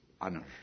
honor